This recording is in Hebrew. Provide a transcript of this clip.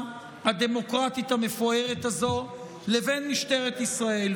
הדמוקרטית המפוארת הזו לבין משטרת ישראל.